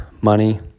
money